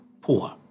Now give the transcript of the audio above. poor